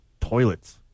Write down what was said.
toilets